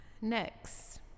Next